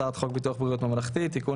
הצעת חוק ביטוח בריאות ממלכתי (תיקון,